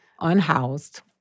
unhoused